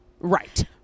Right